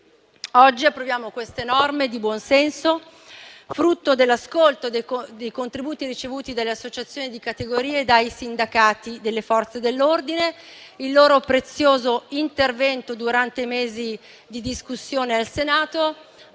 Oggi approviamo queste norme di buonsenso, frutto dell'ascolto e dei contributi ricevuti dalle associazioni di categoria e dai sindacati delle Forze dell'ordine. Il loro prezioso intervento durante i mesi di discussione al Senato